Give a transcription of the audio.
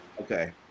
Okay